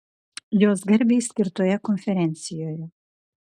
jos garbei skirtoje konferencijoje